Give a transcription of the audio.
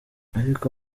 ariko